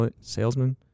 salesman